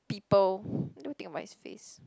people what do we think about his face